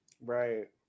Right